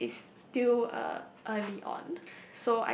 it is still uh early on